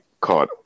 caught